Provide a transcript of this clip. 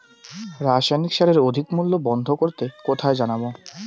রাসায়নিক সারের অধিক মূল্য বন্ধ করতে কোথায় জানাবো?